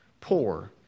poor